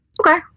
Okay